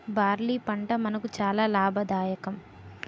barley పంట మనకు చాలా లాభదాయకం